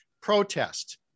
protest